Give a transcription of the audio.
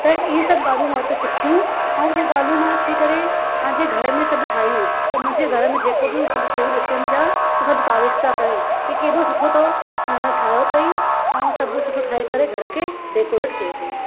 त इहे सभु ॻाल्हियूं मां हुते सिखियूं ऐं उहे ॻाल्हियूं मां अची करे पंहिंजे घर में सभ ठाहियूं त मुंहिंजे घर में जेको बि उहे सभु शयूं ॾिसनि पिया त सभु तारीफ़ पिया करे की केॾो सुठो अथव न ठाहियो अथई ऐं सभु सुठो ठाहे करे घर खे डेकोरेट कयो अथई